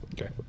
Okay